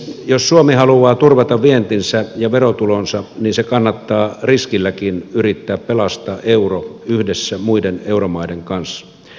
jos suomi haluaa turvata vientinsä ja verotulonsa sen kannattaa riskilläkin yrittää pelastaa euro yhdessä muiden euromaiden kanssa